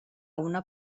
una